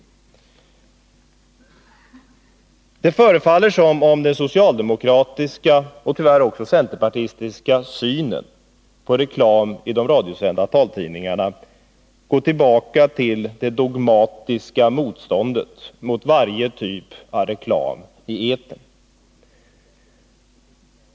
Det förefaller som om den socialdemokratiska, och tyvärr också den centerpartistiska, synen på reklam i de radiosända taltidningarna går tillbaka till det dogmatiska motståndet mot varje typ av reklam i etern.